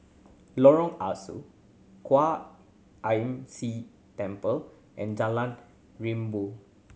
Lorong Ah Soo Kwan Imm See Temple and Jalan Rimau